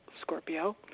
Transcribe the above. Scorpio